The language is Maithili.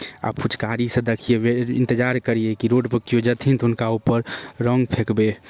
आ फुचकारी सऽ दक्खियै इन्तजार करियै कि रोड पर केओ जाथिन तऽ हुनका उपर रङ्ग फेकबै